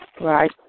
Right